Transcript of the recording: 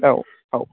औ औ